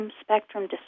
spectrum